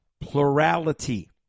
plurality